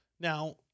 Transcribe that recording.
Now